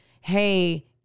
hey